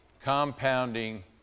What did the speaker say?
Compounding